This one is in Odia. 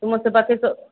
ତୁମ ସେପାଖେ